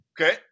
Okay